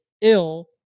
ill